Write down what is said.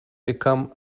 become